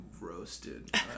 roasted